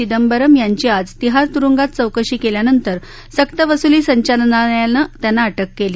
चिदंबरम यांची आज तिहार तुरुगांत चौकशी केल्यानंतर सक्तवसुली संचालनालयानं त्याना अटक केली